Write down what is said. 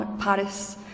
Paris